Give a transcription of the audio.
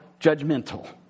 judgmental